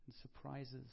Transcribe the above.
surprises